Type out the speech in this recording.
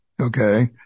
okay